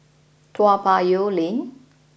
Toa Payoh Lane